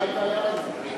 בלב כבד.